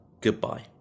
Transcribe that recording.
Goodbye